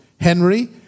Henry